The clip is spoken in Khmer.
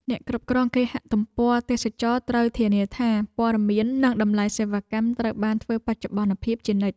អ្នកគ្រប់គ្រងគេហទំព័រទេសចរណ៍ត្រូវធានាថា ព័ត៌មាននិងតម្លៃសេវាកម្មត្រូវបានធ្វើបច្ចុប្បន្នភាពជានិច្ច។